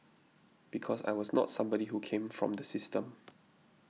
because I was not somebody who came from the system